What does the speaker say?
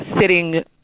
sitting